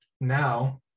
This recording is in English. Now